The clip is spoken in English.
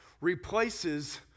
replaces